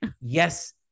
Yes